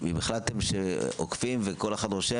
אם החלטתם שאוכפים וכל אחד רושם,